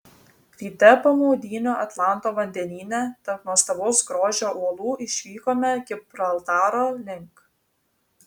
ryte po maudynių atlanto vandenyne tarp nuostabaus grožio uolų išvykome gibraltaro link